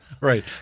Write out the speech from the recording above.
right